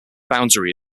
boundary